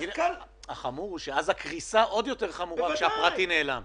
החמור הוא שהקריסה עוד יותר חמורה כשהפרטי נעלם.